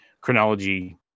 chronology